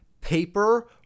paper